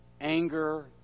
anger